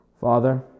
Father